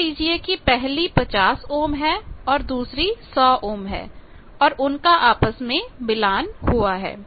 मान लीजिए कि पहली 50 ओम है और दूसरी 100 ओम है और उनका आपस में मिलान हुआ है